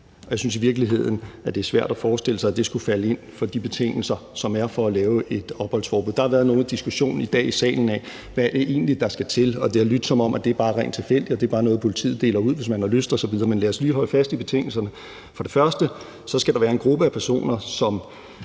jeg synes i virkeligheden, at det er svært at forestille sig, at det skulle falde ind under de betingelser, som er for at lave et opholdsforbud. Der har været nogen diskussion i dag i salen af, hvad det egentlig er, der skal til, og det har lydt, som om det bare er rent tilfældigt og det bare er noget, politiet deler ud, hvis man har lyst osv. Men lad os lige holde fast i betingelserne: For det første skal der være en gruppe af personer, som